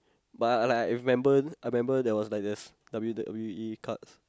but I like remember I remember there was like this W_W_E cards